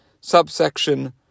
subsection